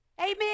Amen